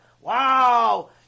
Wow